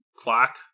clock